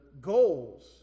goals